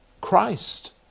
Christ